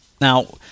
Now